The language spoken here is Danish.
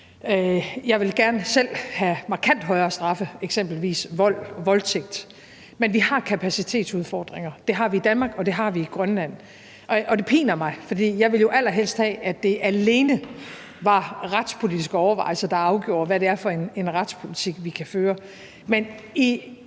Jeg vil gerne selv have markant højere straffe for eksempelvis vold og voldtægt, men vi har kapacitetsudfordringer. Det har vi i Danmark, og det har vi i Grønland. Og det piner mig, for jeg ville jo allerhelst have, at det alene var retspolitiske overvejelser, der afgjorde, hvad det er for en retspolitik, vi kan føre. Men i